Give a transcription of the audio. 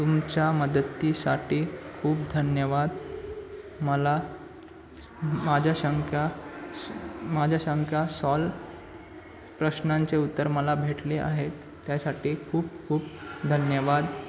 तुमच्या मदतीसाठी खूप धन्यवाद मला माझ्या शंका माझ्या शंका सॉल प्रश्नांचे उत्तर मला भेटले आहेत त्यासाठी खूप खूप धन्यवाद